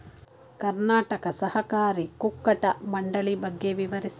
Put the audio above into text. ಕರ್ನಾಟಕ ಸಹಕಾರಿ ಕುಕ್ಕಟ ಮಂಡಳಿ ಬಗ್ಗೆ ವಿವರಿಸಿ?